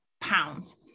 pounds